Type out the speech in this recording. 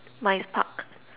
mine's park